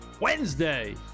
wednesday